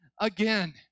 again